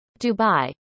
Dubai